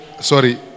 sorry